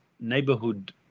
neighborhood